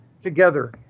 together